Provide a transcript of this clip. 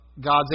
God's